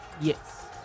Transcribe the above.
Yes